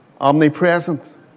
Omnipresent